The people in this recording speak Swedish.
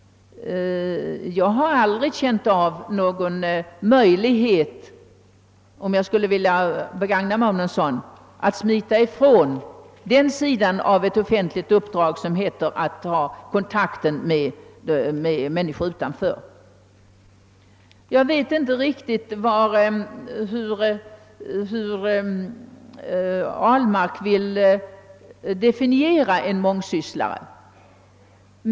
Jag har aldrig tyckt mig ha någon möjlighet — om jag skulle ha velat begagna mig av någon sådan — att smita ifrån den sida av ett offentligt uppdrag, som består i kon takt med människor utanför riksdagen. Jag vet inte riktigt, hur herr Ahlmark vill definiera en mångsysslare.